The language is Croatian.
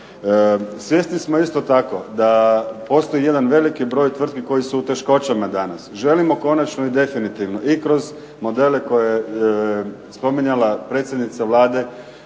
Svjesni smo isto tako da postoji jedan veliki broj tvrtki koji su u teškoćama danas. Želimo konačno i definitivno i kroz modele koje je spominjala predsjednica Vlade,